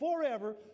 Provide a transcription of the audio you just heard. forever